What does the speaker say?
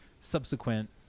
subsequent